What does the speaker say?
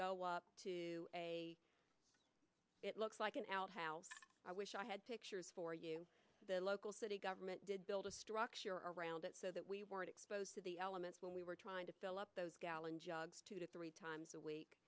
go up to a it looks like an outhouse i wish i had pictures for you the local city government did build a structure around it so that we weren't exposed to the elements when we were trying to fill up those gallon jugs three times a week